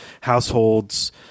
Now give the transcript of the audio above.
households